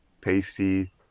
pasty